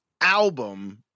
album